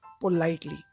politely